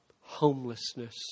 homelessness